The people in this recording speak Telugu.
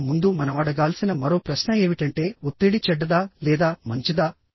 అంతకు ముందు మనం అడగాల్సిన మరో ప్రశ్న ఏమిటంటే ఒత్తిడి చెడ్డదా లేదా మంచిదా